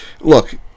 look